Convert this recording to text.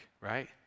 right